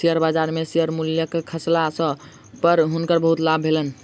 share बजार में share मूल्य खसला पर हुनकर बहुत लाभ भेलैन